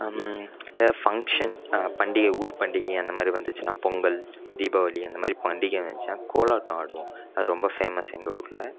எதா பங்க்ஷன் பண்டிகை ஊர் பண்டிகை அந்தமாதிரி வந்துச்சுன்னா பொங்கல் தீபாவளி அந்தமாதிரி பண்டிகை வந்துச்சினா கோலாட்டம் ஆடுவோம் அது ரொம்ப ஃபேமஸ் எங்கள் ஊரில்